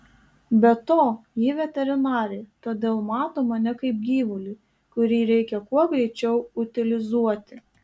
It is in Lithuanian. be to ji veterinarė todėl mato mane kaip gyvulį kurį reikia kuo greičiau utilizuoti